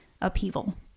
upheaval